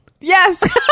Yes